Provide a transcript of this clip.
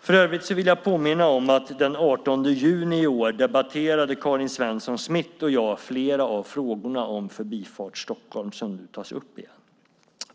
För övrigt vill jag påminna om att den 18 juni i år debatterade Karin Svensson Smith och jag flera av frågorna om Förbifart Stockholm som nu tas upp igen.